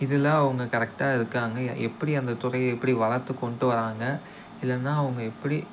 இதலாம் அவங்க கரெக்டாக இருக்காங்க எப்படி அந்த துறையை எப்படி வளர்த்து கொண்டுட்டு வர்றாங்க இல்லைன்னா அவங்க எப்படி